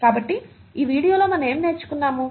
కాబట్టి ఈ వీడియోలో మనం ఏమి నేర్చుకున్నాము